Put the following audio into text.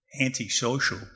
antisocial